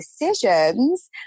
decisions